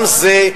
גם זה,